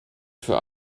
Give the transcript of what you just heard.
für